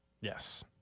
Yes